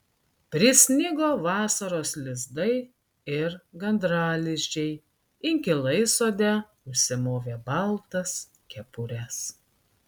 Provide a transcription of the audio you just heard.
prisnigo vasaros lizdai ir gandralizdžiai inkilai sode užsimovė baltas kepures